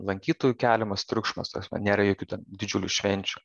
lankytojų keliamas triukšmas ta prasme nėra jokių didžiulių švenčių